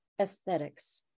aesthetics